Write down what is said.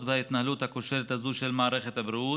וההתנהלות הכושלת הזאת של מערכת הבריאות.